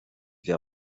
wir